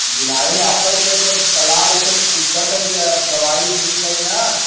जी नहीं आपे के सब सलाह लेते पूछत हई जे अब दवाई मिल जाई ना